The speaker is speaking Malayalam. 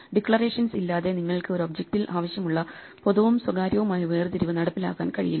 ഡിക്ലറേഷൻസ് ഇല്ലാതെ നിങ്ങൾക്ക് ഒരു ഒബ്ജെക്ടിൽ ആവശ്യമുള്ള പൊതുവും സ്വകാര്യവുമായ വേർതിരിവ് നടപ്പിലാക്കാൻ കഴിയില്ല